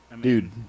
Dude